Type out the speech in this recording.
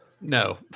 no